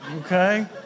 okay